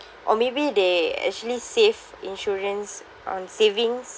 or maybe they actually save insurance on savings